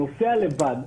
נוסע לבד,